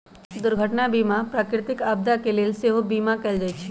दुर्घटना बीमा में प्राकृतिक आपदा के लेल सेहो बिमा कएल जाइ छइ